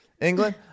England